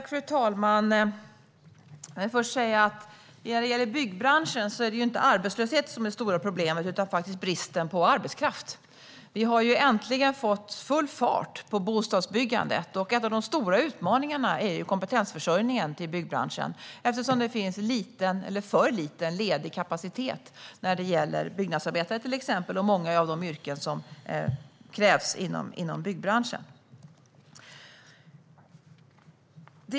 Fru talman! Jag vill först säga att när det gäller byggbranschen är det inte arbetslöshet som är det stora problemet utan faktiskt bristen på arbetskraft. Vi har äntligen fått full fart på bostadsbyggandet. En av de stora utmaningarna är kompetensförsörjningen till byggbranschen, eftersom det finns för lite ledig kapacitet när det gäller till exempel byggnadsarbetare och många av de yrken som krävs inom byggbranschen.